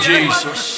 Jesus